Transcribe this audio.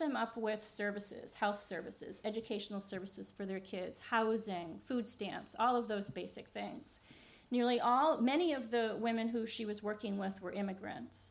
them up with services health services educational services for their kids housing food stamps all of those basic things nearly all many of the women who she was working with were immigrants